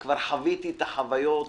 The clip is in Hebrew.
וכבר חוויתי את החוויות